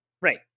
Right